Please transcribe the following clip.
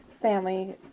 family